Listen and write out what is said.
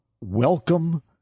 welcome